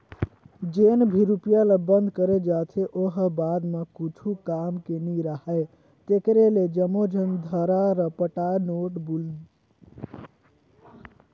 जेन भी रूपिया ल बंद करे जाथे ओ ह बाद म कुछु काम के नी राहय तेकरे ले जम्मो झन धरा रपटा नोट बलदुवाए में लग जाथे